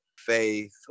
faith